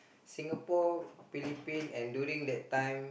Singapore Philippine and during that time